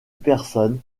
personne